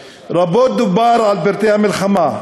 רבות דובר על פרטי המלחמה,